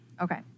Okay